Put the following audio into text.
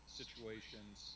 situations